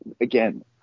again